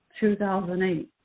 2008